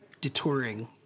detouring